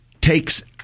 takes